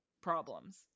problems